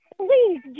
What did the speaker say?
please